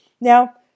Now